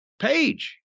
page